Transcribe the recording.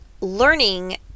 learning